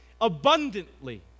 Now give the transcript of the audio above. abundantly